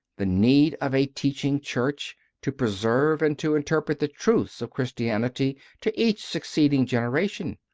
the need of a teaching church to preserve and to interpret the truths of chris tianity to each succeeding generation.